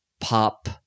pop